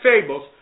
fables